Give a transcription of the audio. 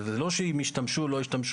זה לא אם הם השתמשו או לא השתמשו,